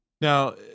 Now